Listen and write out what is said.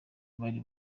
bari